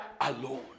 alone